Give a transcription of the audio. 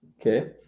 Okay